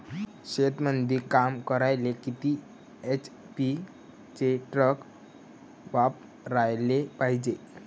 शेतीमंदी काम करायले किती एच.पी चे ट्रॅक्टर वापरायले पायजे?